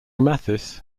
mathis